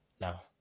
now